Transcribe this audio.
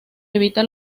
evita